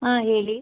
ಹಾಂ ಹೇಳಿ